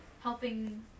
Helping